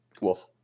Wolf